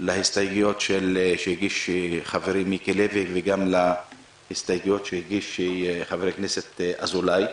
להסתייגויות שהגיש חברי מיקי לוי וגם להסתייגות שהגיש חבר הכנסת אזולאי.